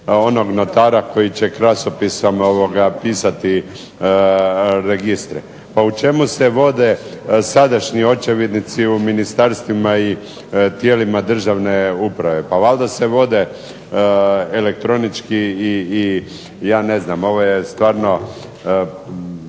onog notara koji će krasopisom pisati registre. Pa u čemu se vode sadašnji očevidnici u ministarstvima i tijelima državne uprave, pa valjda se vode elektronički. I ja ne znam, ovo je stvarno